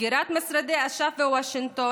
סגירת משרדי אש"ף בוושינגטון,